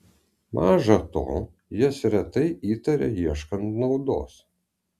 maža to jas retai įtaria ieškant naudos